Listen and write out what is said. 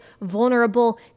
vulnerable